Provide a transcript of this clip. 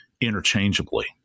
interchangeably